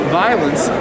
violence